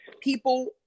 People